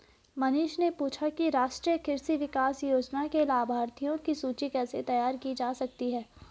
मनीष ने पूछा कि राष्ट्रीय कृषि विकास योजना के लाभाथियों की सूची कैसे तैयार की जा सकती है